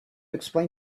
explain